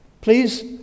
please